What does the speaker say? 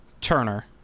Turner